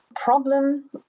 problem